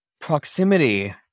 proximity